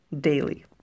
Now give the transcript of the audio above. daily